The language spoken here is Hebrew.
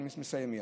אני מסיים מייד.